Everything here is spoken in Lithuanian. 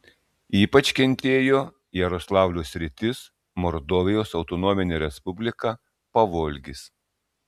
ypač kentėjo jaroslavlio sritis mordovijos autonominė respublika pavolgis